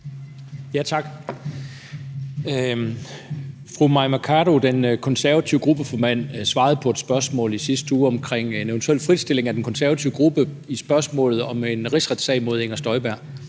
Tak. Fru Mai Mercado, den konservative gruppeformand, svarede på et spørgsmål i sidste uge omkring en eventuel fritstilling af den konservative gruppe i forbindelse med en rigsretssag mod Inger Støjberg,